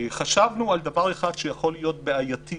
חשבנו על דבר אחד שיכול להיות בעייתי,